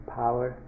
power